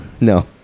no